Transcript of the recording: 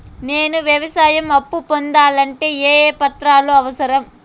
నేను వ్యవసాయం అప్పు పొందాలంటే ఏ ఏ పత్రాలు అవసరం?